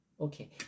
Okay